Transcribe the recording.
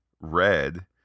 red